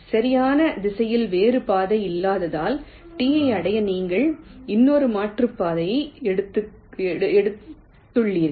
சரியான திசையில் வேறு பாதை இல்லாததால் T ஐ அடைய நீங்கள் இன்னொரு மாற்றுப்பாதையை எடுத்துள்ளீர்கள்